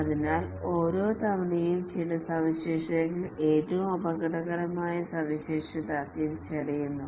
അതിനാൽ ഓരോ തവണയും ചില സവിശേഷതകൾ ഏറ്റവും അപകടകരമായ സവിശേഷത തിരിച്ചറിയുന്നു